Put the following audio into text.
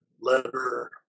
letter